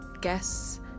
guests